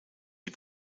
die